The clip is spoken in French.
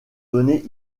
donnés